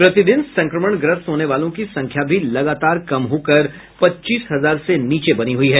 प्रति दिन संक्रमण ग्रस्त होने वालों की संख्या भी लगातार कम होकर पच्चीस हजार से नीचे बनी हुई है